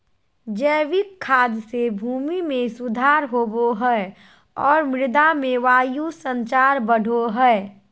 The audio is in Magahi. जैविक खाद से भूमि में सुधार होवो हइ और मृदा में वायु संचार बढ़ो हइ